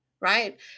right